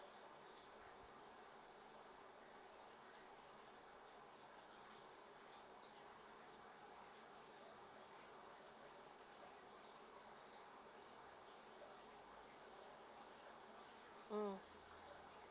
mm